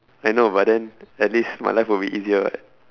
I know but then at least my life will be easier [what]